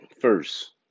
first